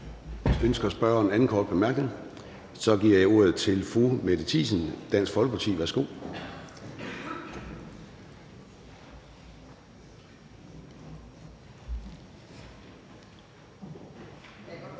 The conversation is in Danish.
Ønsker spørgeren en anden kort bemærkning? Nej. Så giver jeg ordet til fru Mette Thiesen, Dansk Folkeparti. Værsgo.